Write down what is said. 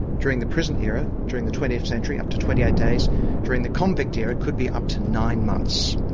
during the present era, during the twentieth century up to twenty eight days during the convict era it could be up to nine months.